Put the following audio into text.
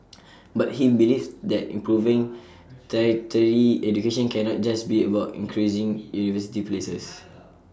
but he believes that improving tertiary education cannot just be about increasing university places